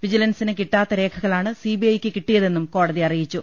വിജി ലൻസിന് കിട്ടാത്ത രേഖകളാണ് സിബിഐയ്ക്ക് കിട്ടിയതെന്നും കോടതി അറിയിച്ചു